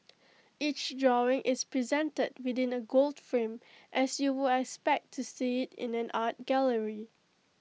each drawing is presented within A gold frame as you would expect to see in an art gallery